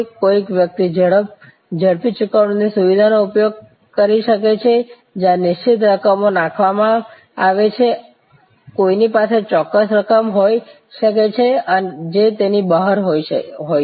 કોઈ વ્યક્તિ ઝડપી ચૂકવણીની સુવિધાનો ઉપયોગ કરી શકે છે જ્યાં નિશ્ચિત રકમો રાખવા માં આવે છે કોઈની પાસે ચોક્કસ રકમ હોઈ શકે છે જે તેની બહાર હોય છે